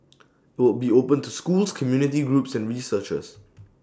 IT will be open to schools community groups and researchers